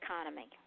economy